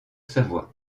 savoie